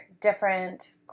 different –